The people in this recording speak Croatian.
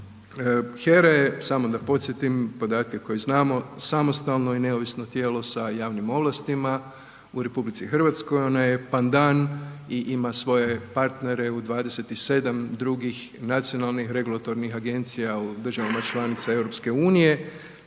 HERA je samo da podsjetim, podatke koje znamo, samostalno i neovisno tijelo sa javnim ovlastima u RH, ona je pandan i ima svoje partnere u 27 drugih nacionalnih regulatornih agencija u državama članica EU-a. Temeljna